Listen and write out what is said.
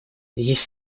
есть